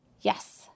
Yes